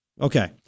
Okay